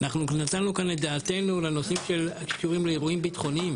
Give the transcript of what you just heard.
אנחנו נתנו כאן את דעתנו לנושאים הקשורים לאירועים ביטחוניים.